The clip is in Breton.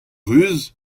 ruz